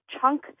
chunk